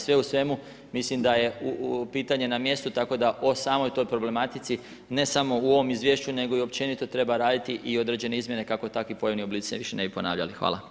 Sve u svemu, mislim da je pitanje na mjestu, tako da o samo toj problematici ne samo u ovom izvješću, nego i općenito treba raditi i određene izmjene kako takvi pojavni oblici se više ne bi ponavljali.